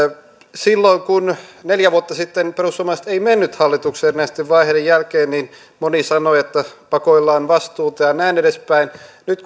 silloin kun neljä vuotta sitten perussuomalaiset ei mennyt hallitukseen erinäisten vaiheiden jälkeen moni sanoi että pakoillaan vastuuta ja näin edespäin nyt